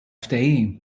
ftehim